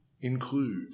include